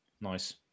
Nice